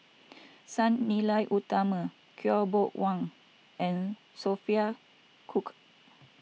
Sang Nila Utama Khaw Boon Wan and Sophia Cooke